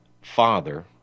father